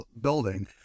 building